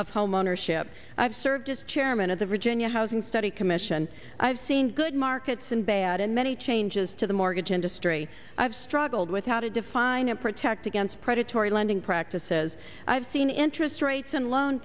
of homeownership i've served as chairman of the virginia housing study commission i've seen good markets and bad in many changes to the mortgage industry i've struggled with how to define and protect against predatory lending practices i've seen interest rates and loan